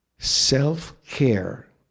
Self-care